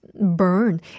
burn